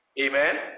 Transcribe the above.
Amen